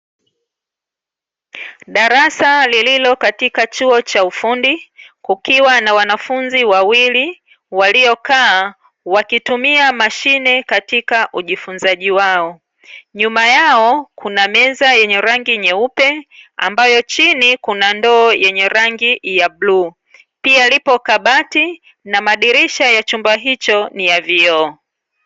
Darasa lililo katika chuo cha ufundi, kukiwa na wanafunzi wawili waliokaa, wakitumia mashine katika ujifunzaji wao. Nyuma yao kuna meza yenye rangi nyeupe, ambayo chini kuna ndoo yenye rangi ya bluu. Pia lipo kabati na madirisha ya chumba hicho ni ya vioo.